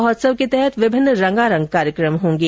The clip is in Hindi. महोत्सव के तहत विभिन्न रंगारंग कार्यक्रम होंगे